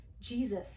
Jesus